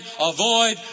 avoid